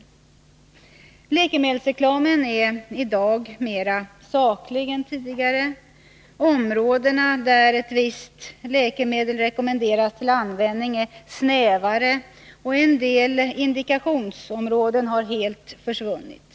Läkemedelsreklamen är i dag mer saklig än tidigare. Områdena där ett visst läkemedel rekommenderas till användning är snävare, och en del indikationsområden har helt försvunnit.